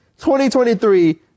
2023